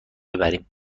ببریم